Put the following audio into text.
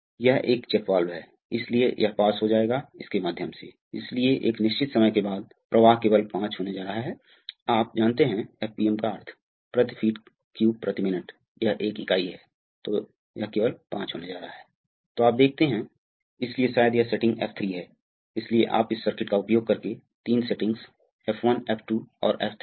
तो cylinder J का विस्तार होता है ठीक है इस के माध्यम से सभी को याद है कि यह दबाव इस पर एक दबाव है अतः यह दबाव पकड़े हुए है इसे दबाया जाता है सिलेंडर H को दबाया जाता है अतः एक है यदि आप चाहें तो यदि आप इसे क्लैम्पिंग के लिए उपयोग कर रहे हैं वहां एक क्लैंपिंग दबाव है